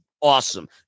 awesome